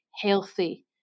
healthy